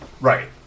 Right